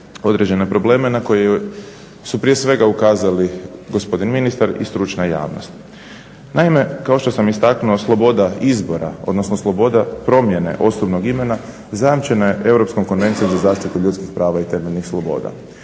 određene probleme na koje su prije svega ukazali gospodin ministar i stručna javnost. Naime, kao što sam istaknuo sloboda izbora odnosno sloboda promjene osobnog imena zajamčena je Europskom konvencijom za zaštitu ljudskih prava i temeljnih sloboda,